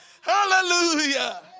Hallelujah